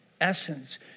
essence